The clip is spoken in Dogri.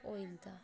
होई जंदा